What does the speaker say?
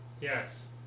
yes